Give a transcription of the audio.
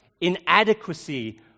inadequacy